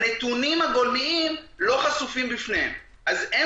הנתונים הגולמיים לא חשופים בפניהם אז הם